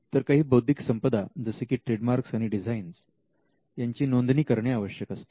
तर काही बौद्धिक संपदा जसे की ट्रेडमार्क्स आणि डिझाईन्स यांची नोंदणी करणे आवश्यक असते